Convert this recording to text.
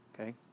Okay